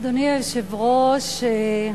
אדוני היושב-ראש,